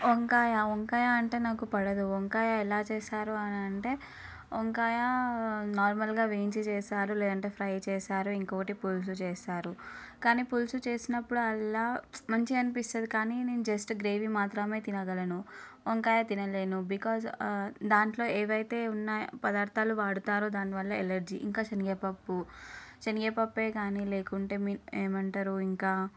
వంకాయ వంకాయ అంటే నాకు పడదు వంకాయ ఎలా చేస్తారు అని అంటే వంకాయ నార్మల్గా వేయించి చేస్తారు లేదంటే ఫ్రై చేస్తారు ఇంకొకటి పులుసు చేస్తారు కానీ పులుసు చేసినప్పుడు అండ్ల మంచిగా అనిపిస్తుంది కానీ నేను జస్ట్ గ్రేవి మాత్రమే తినగలను వంకాయ తినలేను బికాజ్ దాంట్లో ఏవైతే ఉన్నాయో పదార్థాలు వాడతారో దాని వల్ల ఎలర్జీ ఇంకా శనగపప్పు శనగపప్పు కానీ లేకుంటే ఐ మీన్ ఏమంటారు ఇంకా